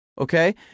Okay